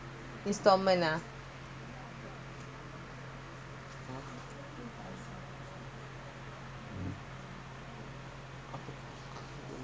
மொதபோறான்மொதவந்துநீஎன்னசெய்பாஸ்ஸாபெய்லாஅதான்:motha pooraanaah motha vandhu nee enna sei passah failah athaan